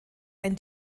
ein